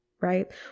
right